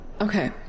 Okay